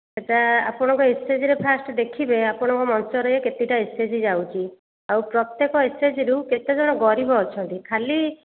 ଏଇଟା ଆପଣଙ୍କ ଏସ୍ଏଚ୍ଜିରେ ଫାଷ୍ଟ୍ ଦେଖିବେ ଆପଣଙ୍କ ମଞ୍ଚରେ କେତେଟା ଏସ୍ ଏଚ୍ ଜି ଯାଉଛି ଆଉ ପ୍ରତ୍ୟେକ ଏସ୍ଏଚ୍ଜିରୁ କେତେ ଜଣ ଗରିବ ଅଛନ୍ତି ଖାଲି